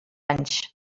anys